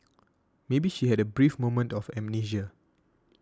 maybe she had a brief moment of amnesia